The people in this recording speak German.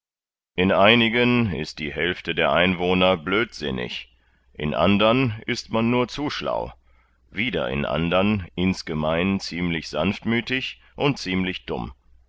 in einigen ist die hälfte der einwohner blödsinnig in andern ist man nur zu schlau wieder in andern insgemein ziemlich sanftmüthig und ziemlich dumm